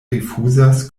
rifuzas